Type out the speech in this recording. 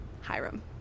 Hiram